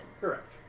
Correct